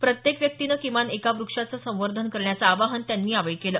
प्रत्येक व्यक्तीनं किमान एका व्रक्षाचं संवर्धन करण्याचं आवाहन त्यांनी यावेळी केलं